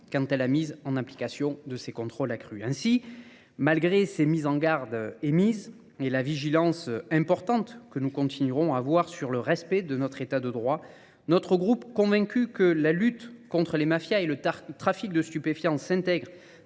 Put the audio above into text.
quant à la mise en application de ces contrôles accrus. Ainsi, malgré ces mises en garde émises et la vigilance importante que nous continuerons à avoir sur le respect de notre état de droit, Notre groupe convaincu que la lutte contre les mafias et le trafic de stupéfiants s'intègrent